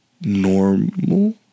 normal